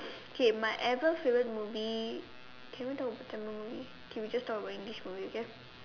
okay my ever favourite movie can we talk about Tamil movie okay we just talk about English movie okay